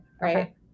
Right